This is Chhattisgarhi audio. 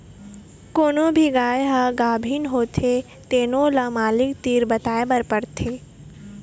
कोनो भी गाय ह गाभिन होथे तेनो ल मालिक तीर बताए बर परथे